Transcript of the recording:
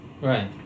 Right